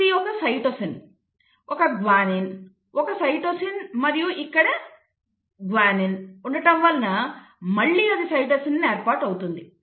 ఇది ఒక సైటోసిన్ ఒక గ్వానైన్ ఒక సైటోసిన్ మరియు ఇంకా ఇక్కడ గ్వానైన్ ఉండడం వలన మళ్లీ సైటోసిన్ ఏర్పాటు అవుతుంది